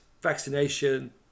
vaccination